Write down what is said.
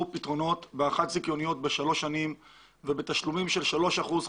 פתרונות בהארכת זיכיונות בשלוש שנים ובתשלומים של שלושה אחוזים,